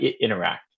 interact